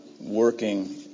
working